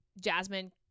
Jasmine